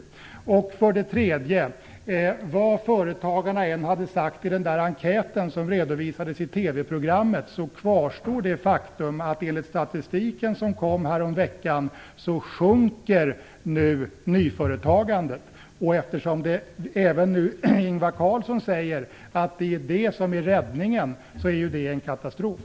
Slutligen vill jag säga att vad än företagarna hade sagt i den enkät som redovisades i TV kvarstår det faktum att nyföretagandet nu sjunker, enligt statistik som kom häromveckan. Eftersom även nu Ingvar Carlsson säger att det är nyföretagandet som är räddningen är ju det en katastrof.